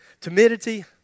timidity